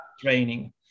training